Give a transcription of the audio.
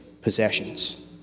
possessions